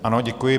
Ano, děkuji.